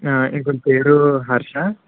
ఇంకొకరి పేరు హర్ష